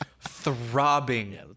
Throbbing